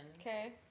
Okay